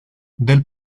del